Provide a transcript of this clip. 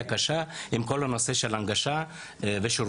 קשה עם כל הנושא של הנגשה ושירותים,